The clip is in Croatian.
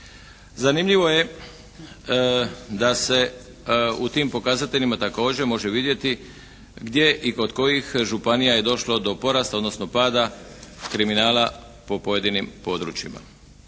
Zanimljivo je da se u tim pokazateljima također može vidjeti gdje i kod kojih županija je došlo do porasta, odnosno pada kriminala po pojedinim područjima.